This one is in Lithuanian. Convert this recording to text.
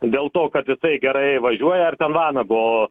dėl to kad jisai gerai važiuoja ar ten vanago